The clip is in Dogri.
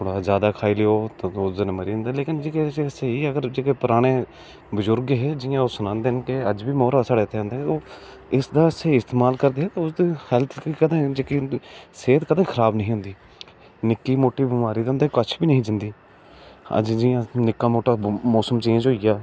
अगर जादा खाई लैओ ते बंदा मरी बी सकदा लेकिन स्हेई अगर जेह्के पराने बजुर्ग हे ओह् अज्ज बी सनांदे न की जियां मौरा जेह्ड़ा साढ़े इत्थें होंदा ऐ ते उसदा स्हेई इस्तेमाल करगे ते हेल्थ सेह्त कदूं खराब ही होंदी निक्की मुट्टी बमारी ते उंदे कश बी नेईं ही जंदी अज्ज जियां निक्का मुट्टा मौसम चेंज़ होइया